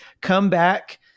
comeback